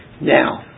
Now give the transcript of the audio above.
Now